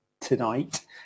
tonight